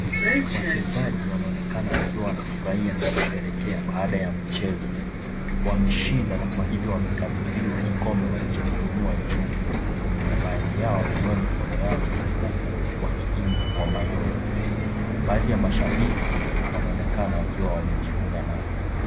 Wachezaji wanaonekana wakiwa wanafuraha na kusherehekea baada ya mchezo. Wameshinda na kwa hivyo wamekabidhiwa kikombe walicho kuinua jua. Baadhi yao wameinua mikono yao juu huku wakiimba kwa mayowe. Baadhi ya mashabiki wanaonekana wakiwa wamejiunga nao.